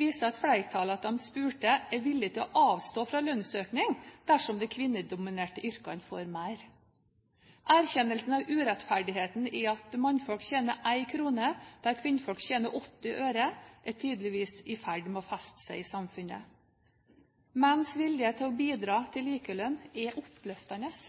viste at flertallet av de spurte er villig til å avstå fra lønnsøkning dersom de kvinnedominerte yrkene får mer. Erkjennelsen av urettferdigheten i at mannfolk tjener én krone der kvinnfolk tjener åtti øre, er tydeligvis i ferd med å feste seg i samfunnet. Menns vilje til å bidra til likelønn er